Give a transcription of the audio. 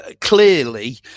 clearly